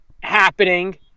happening